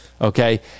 okay